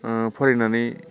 फरायनानै